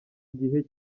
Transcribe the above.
gihe